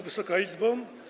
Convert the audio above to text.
Wysoka Izbo!